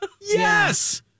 Yes